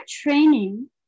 training